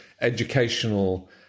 educational